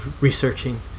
researching